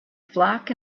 flock